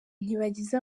ntibagize